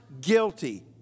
guilty